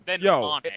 yo